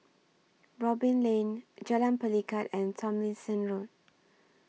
Robin Lane Jalan Pelikat and Tomlinson Road